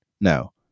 No